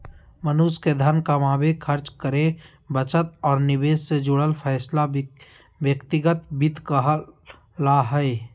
मनुष्य के धन कमावे, खर्च करे, बचत और निवेश से जुड़ल फैसला व्यक्तिगत वित्त कहला हय